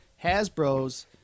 Hasbro's